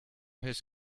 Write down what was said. his